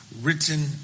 written